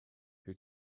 who